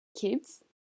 kids